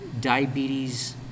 diabetes